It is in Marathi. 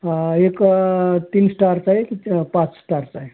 आ एक तीन श्टारचा आहे एक पाच श्टारचा आहे